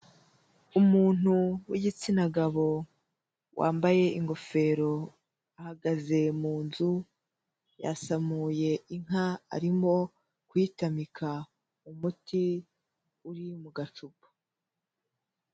Umuntu w'igitsina gabo wambaye ingofero ahagaze mu nzu, yasamuye inka arimo kuyitamika umuti uri mu gacupa.